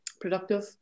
productive